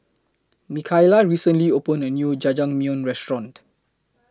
Mikaila recently opened A New Jajangmyeon Restaurant